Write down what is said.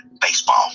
baseball